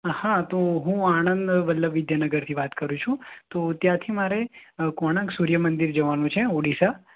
હા તો હું આણંદ વલ્લભ વિદ્યાનગરથી વાત કરું છું તો ત્યાંથી મારે કોણાર્ક સૂર્યમંદિર જવાનું છે ઓડિશા